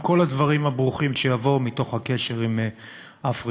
עם כל הדברים הברוכים שיבואו מתוך הקשר עם אפריקה,